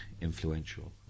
influential